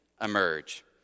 emerge